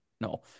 No